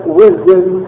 wisdom